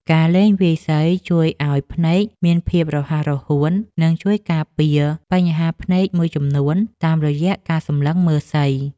ការលេងវាយសីជួយឱ្យភ្នែកមានភាពរហ័សរហួន និងជួយការពារបញ្ហាភ្នែកមួយចំនួនតាមរយៈការសម្លឹងមើលសី។